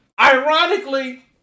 ironically